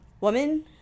woman